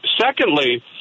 Secondly